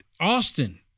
Austin